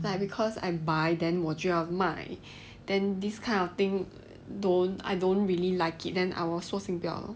like because I buy then 我就要卖 then this kind of thing don't I don't really like it then I will 说不要了